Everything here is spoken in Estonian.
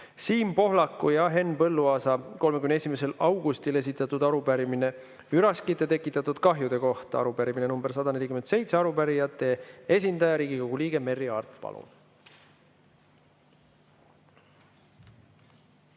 Siim Pohlaku ja Henn Põlluaasa 31. augustil esitatud arupärimine üraskite tekitatud kahjude kohta. Arupärimine nr 147. Arupärijate esindaja, Riigikogu liige Merry Aart, palun!